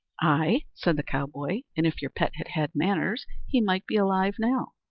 i, said the cowboy and if your pet had had manners, he might be alive now.